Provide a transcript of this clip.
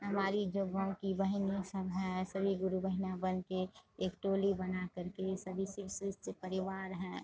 हमारी जो गाँव की बहन वहिन सब हैं सभी गुरू बहना बनके एक टोली बनाकर के सभी शिव शिव से परिवार हैं